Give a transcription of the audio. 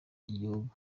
igihugu